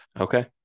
okay